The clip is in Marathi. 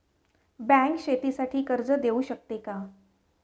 बँक शेतीसाठी कर्ज देऊ शकते का?